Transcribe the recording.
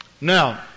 Now